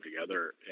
together